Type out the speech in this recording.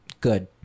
Good